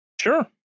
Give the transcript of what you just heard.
Sure